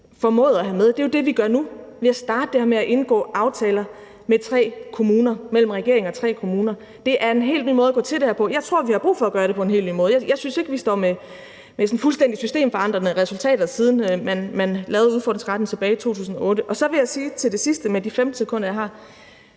Det er jo det, vi gør nu ved at starte det her med at indgå aftaler mellem regeringen og tre kommuner. Det er en helt ny måde at gå til det her på. Jeg tror, vi har brug for at gøre det på en helt ny måde. Jeg synes ikke, vi står med sådan fuldstændig systemforandrende resultater, siden man lavede udfordringsretten tilbage i 2008. Så vil jeg sige til det sidste – på de 15 sekunder, jeg har